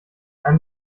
ein